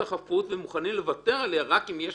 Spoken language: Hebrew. החפות ומוכנים לוותר עליה רק אם יש